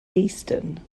easton